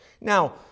Now